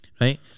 right